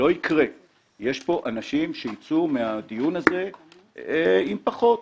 יש פה אנשים שיצאו מהדיון הזה עם פחות.